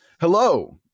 hello